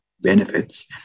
benefits